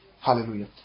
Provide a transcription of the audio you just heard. Hallelujah